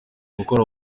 gukora